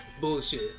bullshit